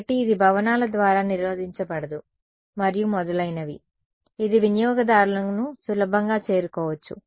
కాబట్టి ఇది భవనాల ద్వారా నిరోధించబడదు మరియు మొదలైనవి ఇది వినియోగదారులను సులభంగా చేరుకోవచ్చు